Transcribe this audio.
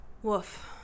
Woof